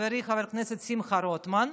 חברי חבר הכנסת שמחה רוטמן.